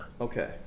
Okay